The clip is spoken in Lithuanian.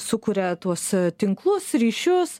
sukuria tuos tinklus ryšius